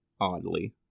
oddly